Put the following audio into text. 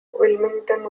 wilmington